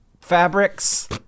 fabrics